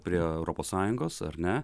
prie europos sąjungos ar ne